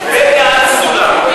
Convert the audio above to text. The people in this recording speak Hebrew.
כן נכון.